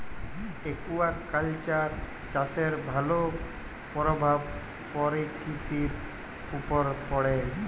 aquaculture চাষের ভালো পরভাব পরকিতির উপরে পড়ে